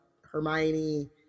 Hermione